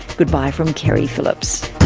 goodbye from keri phillips